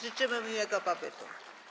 Życzymy miłego pobytu.